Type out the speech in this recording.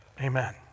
Amen